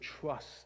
trust